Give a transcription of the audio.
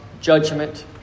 judgment